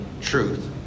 truth